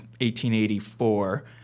1884